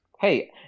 Hey